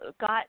got